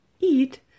eat